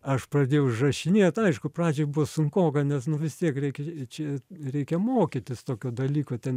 aš pradėjau užrašinėt nu aišku pradžioj buvo sunkoka nes nu vis tiek reikia čia reikia mokytis tokio dalyko ten